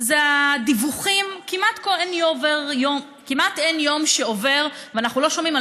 היא הדיווחים: כמעט אין יום שעובר ואנחנו לא שומעים על